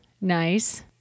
Nice